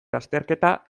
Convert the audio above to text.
lasterketa